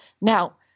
Now